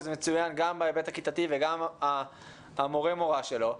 וזה מצוין גם בהיבט הכיתתי וגם המורה שלו,